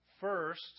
First